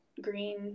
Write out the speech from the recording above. Green